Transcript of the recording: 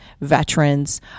veterans